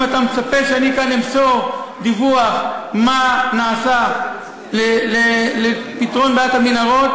אם אתה מצפה שאני כאן אמסור דיווח מה נעשה לפתרון בעיית המנהרות,